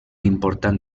important